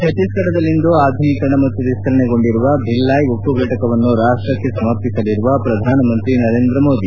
ಛತ್ತೀಸ್ಗಢದಲ್ಲಿಂದು ಆಧುನೀಕರಣ ಮತ್ತು ವಿಸ್ತರಣೆಗೊಂಡಿರುವ ಭಿಲ್ಲಾಯ್ ಉಕ್ಕು ಫಟಕವನ್ನು ರಾಷ್ಪಕ್ಕೆ ಸಮರ್ಪಿಸಲಿರುವ ಪ್ರಧಾನಮಂತ್ರಿ ನರೇಂದ್ರ ಮೋದಿ